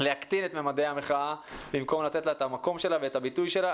להקטין את מימדי המחאה במקום לתת לה את המקום שלה ואת הביטוי שלה.